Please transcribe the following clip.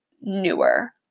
newer